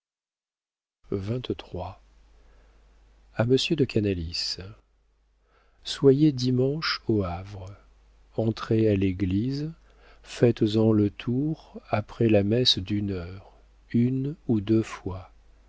de canalis soyez dimanche au havre entrez à l'église faites-en le tour après la messe d'une heure une ou deux fois